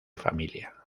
familia